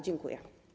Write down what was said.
Dziękuję.